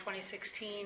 2016